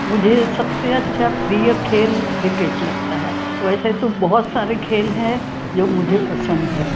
मुझे सब से अच्छा प्रिय खेल क्रिकेट लगता है वैसे तो बहुत सारे खेल है जो मुझे पसंद है